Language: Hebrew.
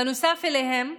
בנוסף אליהם,